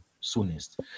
soonest